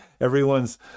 everyone's